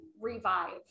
revive